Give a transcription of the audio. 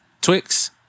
Twix